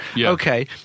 Okay